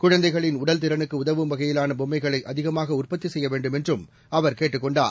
குழந்தைகளின் உடல்திறனுக்கு உதவும் வகையிலான பொம்மைகளை அதிகமாக உற்பத்தி செய்ய வேண்டும் என்றும் அவர் கேட்டுக் கொண்டார்